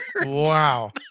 Wow